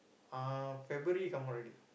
uh February come out already